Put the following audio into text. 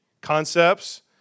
concepts